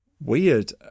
weird